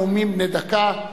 בנאומים בני דקה.